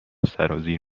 سرازیر